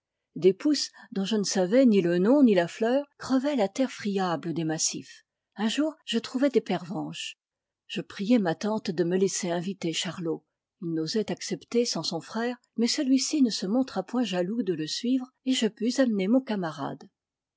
des pousses dont je ne savais ni le nom ni la fleur crevaient la terre friable des massifs un jour je trouvai des pervenches je priai ma tante de me laisser inviter chariot il n'osait accepter sans son frère mais celui ci ne se montra point jaloux de le suivre et je pus amener mon camarade